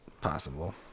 Possible